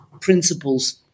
principles